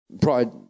pride